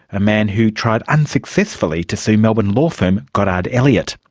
a man who tried unsuccessfully to sue melbourne law firm goddard elliott.